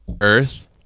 Earth